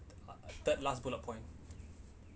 third last bullet point